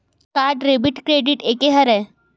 का debit credit एके हरय?